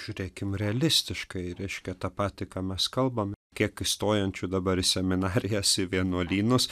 žiūrėkim realistiškai reiškia tą patį ką mes kalbam kiek įstojančių dabar į seminarijas į vienuolynus